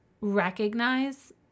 recognize